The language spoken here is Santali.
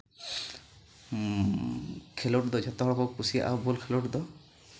ᱠᱷᱮᱞᱳᱰ ᱫᱚ ᱡᱚᱛᱚ ᱦᱚᱲ ᱠᱚ ᱠᱩᱥᱤᱭᱟᱜᱼᱟ ᱵᱚᱞ ᱠᱷᱮᱞᱳᱰ ᱫᱚ